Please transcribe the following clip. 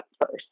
first